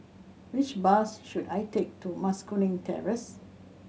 which bus should I take to Mas Kuning Terrace